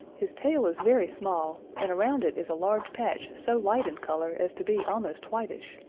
his tail is very small, and around it is a large patch so light in color as to be almost whitish.